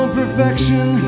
perfection